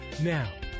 Now